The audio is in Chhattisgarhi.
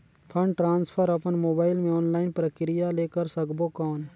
फंड ट्रांसफर अपन मोबाइल मे ऑनलाइन प्रक्रिया ले कर सकबो कौन?